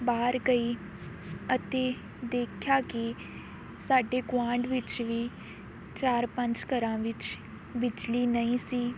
ਬਾਹਰ ਗਈ ਅਤੇ ਦੇਖਿਆ ਕਿ ਸਾਡੇ ਗੁਆਂਡ ਵਿੱਚ ਵੀ ਚਾਰ ਪੰਜ ਘਰਾਂ ਵਿੱਚ ਬਿਜਲੀ ਨਹੀਂ ਸੀ